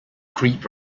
crepe